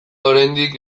oraindik